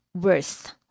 worth